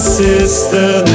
sister